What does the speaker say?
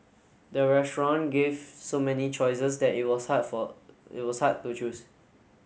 the restaurant gave so many choices that it was hard for it was hard to choose